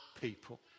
people